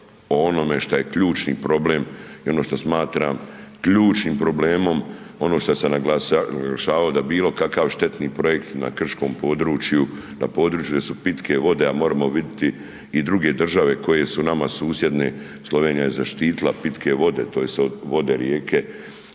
onome šta je ključni problem i ono što smatram ključnim problemom, ono šta sam naglašavao da bilokakav štetni projekt na krškom području, na području gdje su pitke vode a moramo vidjeti i druge države koje su nama susjedne. Slovenija je zaštitila pitke vode, tj. vode, rijeke,